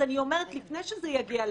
אני אומרת שלפני שזה יגיע לאדם,